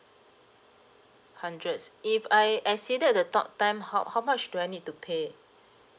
hundreds if I exceeded the talk time how how much do I need to pay